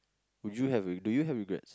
would you have do you have regrets